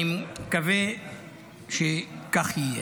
אני מקווה שכך יהיה.